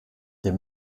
der